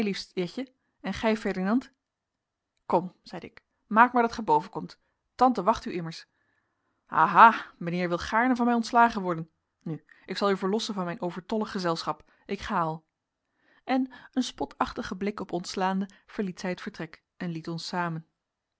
jetje en gij ferdinand kom zeide ik maak maar dat gij boven komt tante wacht u immers aha mijnheer wil gaarne van mij ontslagen worden nu ik zal u verlossen van mijn overtollig gezelschap ik ga al en een spotachtigen blik op ons slaande verliet zij het vertrek en liet ons samen